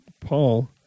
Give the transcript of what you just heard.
Paul